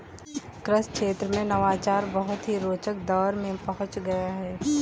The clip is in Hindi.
कृषि क्षेत्र में नवाचार बहुत ही रोचक दौर में पहुंच गया है